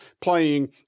playing